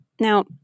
Now